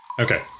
Okay